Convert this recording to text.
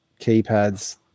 keypads